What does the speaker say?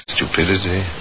Stupidity